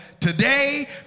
Today